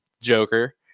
Joker